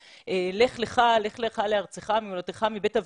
לך לך לארצך ממולדתך מבית אביך.